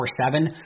24-7